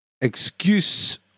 Excuse